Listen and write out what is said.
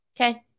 Okay